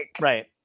right